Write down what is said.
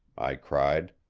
i cried.